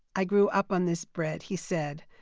i grew up on this bread, he said,